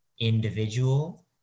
individual